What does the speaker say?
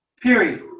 period